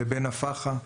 לבין אירועי פח"ע.